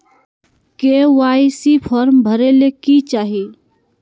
KYC form भरे ले कि चाही?